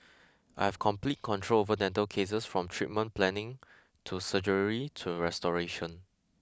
I have complete control over dental cases from treatment planning to surgery to restoration